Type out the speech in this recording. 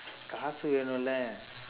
காசு வேணுமுலெ:kaasu veenumule